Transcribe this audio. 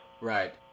Right